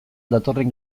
datorren